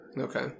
Okay